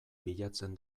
bilatzen